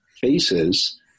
faces